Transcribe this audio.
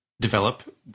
develop